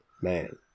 Man